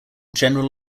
general